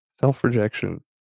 Self-rejection